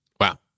Wow